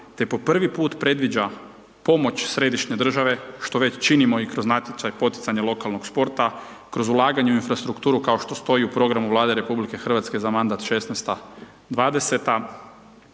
te po prvi puta predviđa pomoć središnje država, što već činimo i kroz natječaj poticaj lokalnog sporta, kroz ulaganje u infrastrukturu, kao što stoji u programu Vlade RH, za mandat '16.-'20.